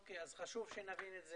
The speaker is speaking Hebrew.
אז חשוב שנבין את זה.